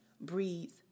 breeds